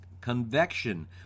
convection